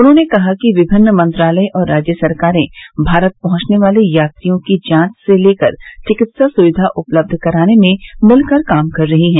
उन्होंने कहा कि विभिन्न मंत्रालय और राज्य सरकारें भारत पहुंचने वाले यात्रियों की जांच से लेकर चिकित्सा सुविधा उपलब्ध कराने में मिलकर काम कर रही हैं